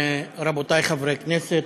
רבותי חברי הכנסת,